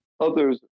others